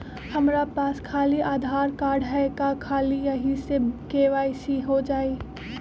हमरा पास खाली आधार कार्ड है, का ख़ाली यही से के.वाई.सी हो जाइ?